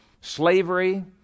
slavery